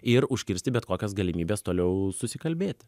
ir užkirsti bet kokias galimybes toliau susikalbėti